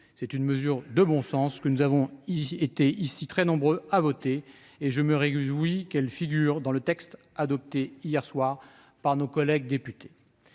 d'une mesure de bon sens que nous avons été très nombreux ici à voter. Je me réjouis qu'elle figure dans le texte adopté hier soir par nos collègues députés.